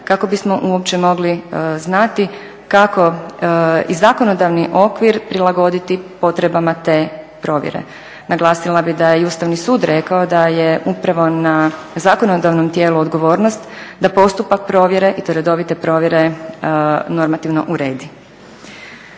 kako bismo uopće mogli znati kako i zakonodavni okvir prilagoditi potrebama te provjere. Naglasila bih da je i Ustavni sud rekao da je upravo na zakonodavnom tijelu odgovornost da postupak provjere i to redovite provjere normativno uredi.